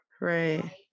right